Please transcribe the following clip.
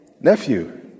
nephew